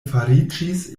fariĝis